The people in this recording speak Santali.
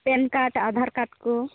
ᱯᱮᱱ ᱠᱟᱨᱰ ᱟᱫᱷᱟᱨ ᱠᱟᱨᱰ ᱠᱚ